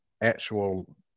actual